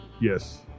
Yes